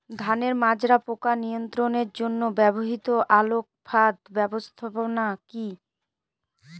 ধানের মাজরা পোকা নিয়ন্ত্রণের জন্য ব্যবহৃত আলোক ফাঁদ ব্যবস্থাপনা কি?